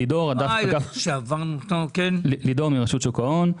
לידור, מרשות שוק ההון.